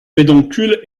pédoncule